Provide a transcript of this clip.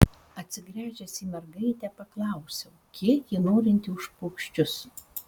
atsigręžęs į mergaitę paklausiau kiek ji norinti už paukščius